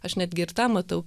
aš netgi ir tą matau